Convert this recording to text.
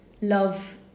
love